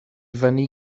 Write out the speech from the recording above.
fyny